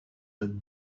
that